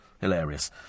Hilarious